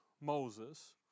Moses